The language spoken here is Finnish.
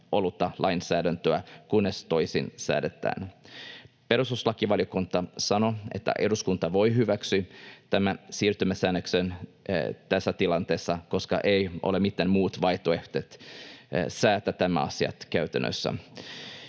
ollutta lainsäädäntöä, kunnes toisin säädetään. Perustuslakivaliokunta sanoo, että eduskunta voi hyväksyä tämän siirtymäsäännöksen tässä tilanteessa, koska ei ole mitään muuta vaihtoehtoa säätää nämä asiat käytännössä.